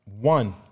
one